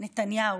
נתניהו: